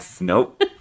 Nope